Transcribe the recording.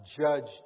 judged